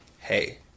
Hey